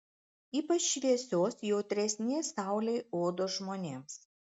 ypač šviesios jautresnės saulei odos žmonėms